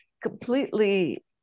completely